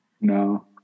No